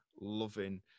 loving